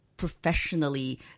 professionally